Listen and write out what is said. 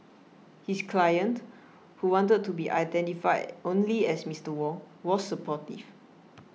his client who wanted to be identified only as Mister Wong was supportive